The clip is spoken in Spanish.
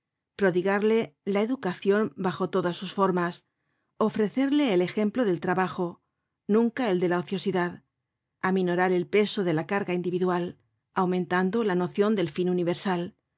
prodigarle la educacion bajo todas sus formas ofrecerle el ejemplo del trabajo nunca el de la ociosidad aminorar el peso de la carga individual aumentando la nocion del fin universal